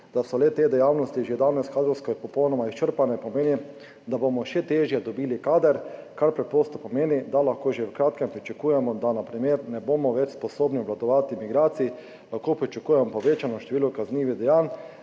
da so te dejavnosti že danes kadrovsko popolnoma izčrpane, pomeni, da bomo še težje dobili kader, kar preprosto pomeni, da lahko že v kratkem pričakujemo, da na primer ne bomo več sposobni obvladovati migracij, lahko pričakujemo povečano število kaznivih dejanj